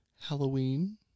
Halloween